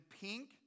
pink